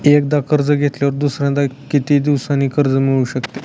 एकदा कर्ज घेतल्यावर दुसऱ्यांदा किती दिवसांनी कर्ज मिळू शकते?